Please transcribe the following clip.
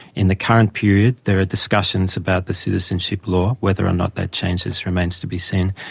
in the current period there are discussions about the citizenship law whether or not that changes remains to be seen.